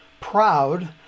proud